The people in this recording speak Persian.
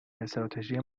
استراتژی